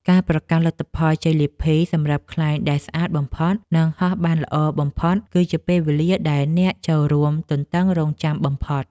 ការប្រកាសលទ្ធផលជ័យលាភីសម្រាប់ខ្លែងដែលស្អាតបំផុត និងហោះបានល្អបំផុត គឺជាពេលវេលាដែលអ្នកចូលរួមទន្ទឹងរង់ចាំបំផុត។